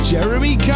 Jeremy